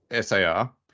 SAR